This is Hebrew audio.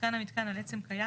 הותקן המיתקן על עצם קיים,